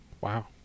Wow